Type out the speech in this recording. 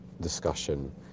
discussion